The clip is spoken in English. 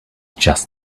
just